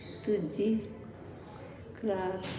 ਦੂਜੀ ਖੁਰਾਕ